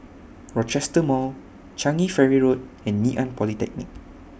Rochester Mall Changi Ferry Road and Ngee Ann Polytechnic